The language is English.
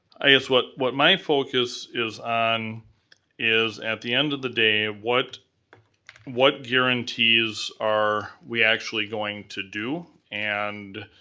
i guess what what my focus is on is at the end of the day, what what guarantees are we actually going to do? and